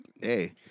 Hey